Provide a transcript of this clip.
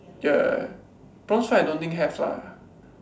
ya bronze right I don't think have lah